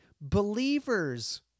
believers